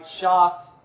shocked